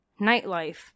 nightlife